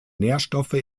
nährstoffe